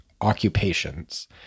occupations